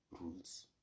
Rules